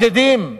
אחידים,